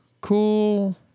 Cool